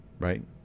right